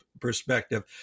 perspective